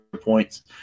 points